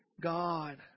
God